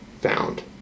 found